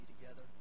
together